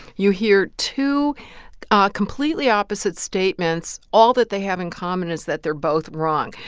you hear two ah completely opposite statements. all that they have in common is that they're both wrong.